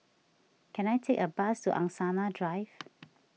can I take a bus to Angsana Drive